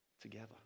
together